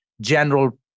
general